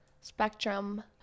Spectrum